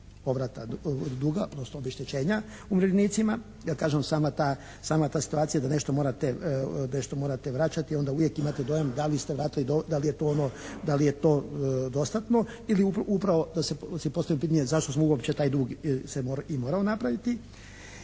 povrata duga odnosno obeštećenja umirovljenicima. Da kažemo sama ta situacija da nešto morate vraćati onda uvijek imate dojam da li je to dostatno ili upravo si postavljate pitanje zašto smo uopće taj dug se i morao napraviti?